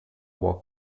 what